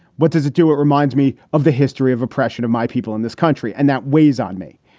what does it do? it reminds me of the history of oppression of my people in this country. and that weighs on me.